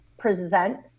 present